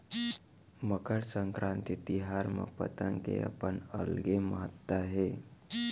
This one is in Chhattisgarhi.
मकर संकरांति तिहार म पतंग के अपन अलगे महत्ता हे